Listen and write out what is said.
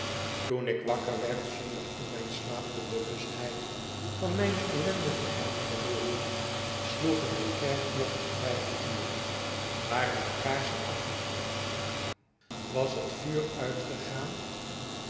toen ik wakker werd zonder in mijn slaap de bewustheid van mijne ellende te hebben verloren sloegen de kerkklokken vijf uur waren de kaarsen afgebrand was het vuur uitgegaan